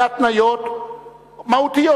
בהתניות מהותיות,